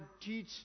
teach